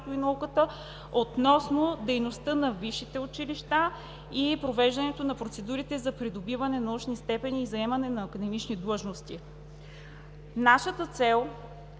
и науката относно дейността на висшите училища и провеждането на процедурите за придобиване на научни степени и заемане на академични длъжности. Нашата цел е